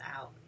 out